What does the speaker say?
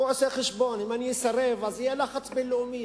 הוא עושה חשבון: אם אני אסרב, יהיה לחץ בין-לאומי.